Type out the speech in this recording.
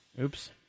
Oops